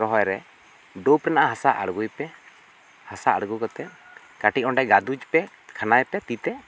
ᱨᱚᱦᱚᱭ ᱨᱮ ᱫᱩᱯ ᱨᱮᱱᱟᱜ ᱦᱟᱥᱟ ᱟᱬᱜᱚᱭ ᱯᱮ ᱦᱟᱥᱟ ᱟᱬᱜᱩ ᱠᱟᱛᱮᱜ ᱠᱟᱹᱴᱤᱡ ᱚᱸᱰᱮ ᱜᱟᱹᱫᱩᱡ ᱯᱮ ᱠᱷᱟᱞᱟᱭ ᱯᱮ ᱛᱤ ᱛᱮ